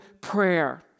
prayer